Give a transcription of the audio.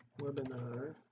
webinar